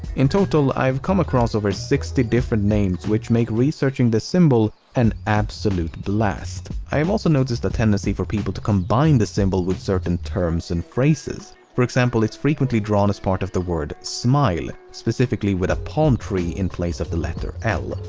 in total, i've come across over sixty different names which make researching this symbol an absolute blast. i um also noticed a tendency for people to combine the symbol with certain terms and phrases. for example, it's frequently drawn as part of the word smile, specifically with a palm tree in place of the letter l.